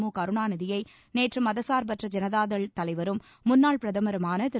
முகருணாநிதியை நேற்று மதச்சார்பற்ற ஜனதா தள் தலைவரும் முன்னாள் பிரதமருமான திரு